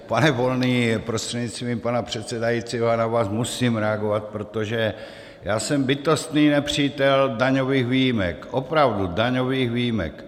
Pane Volný prostřednictvím pana předsedajícího, já na vás musím reagovat, protože já jsem bytostný nepřítel daňových výjimek, opravdu, daňových výjimek.